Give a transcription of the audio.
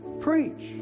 preach